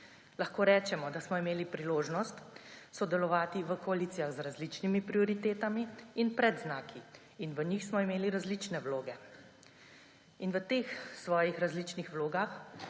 Lahko rečemo, da smo imeli priložnost sodelovati v koalicijah z različnimi prioritetami in predznaki in v njih smo imeli različne vloge. V teh svojih različnih vlogah